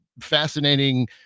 Fascinating